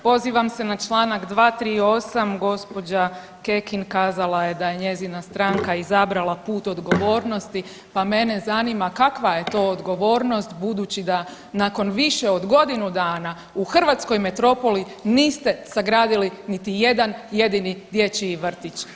Pozivam se na Članak 238., gospođa Kekin kazala je da je njezina stranka izabrala put odgovornosti pa mene zanima kakva je to odgovornost budući da nakon više od godinu dana u hrvatskoj metropoli niste sagradili niti jedan jedini dječji vrtić.